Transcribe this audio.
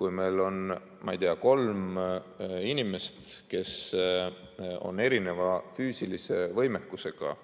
Kui meil on, ma ei tea, kolm inimest, kes on erisuguse füüsilise võimekusega